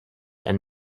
and